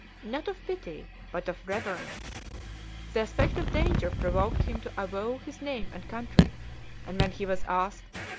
not of pity, but of reverence the aspect of danger provoked him to avow his name and country and when he was asked,